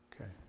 Okay